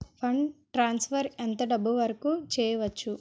Fund transfer ఎంత డబ్బు వరుకు చేయవచ్చు?